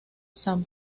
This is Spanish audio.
san